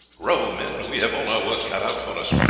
row, men we have all our work cut out for us.